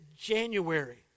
January